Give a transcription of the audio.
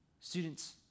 Students